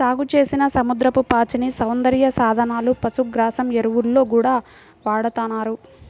సాగుచేసిన సముద్రపు పాచిని సౌందర్య సాధనాలు, పశుగ్రాసం, ఎరువుల్లో గూడా వాడతన్నారు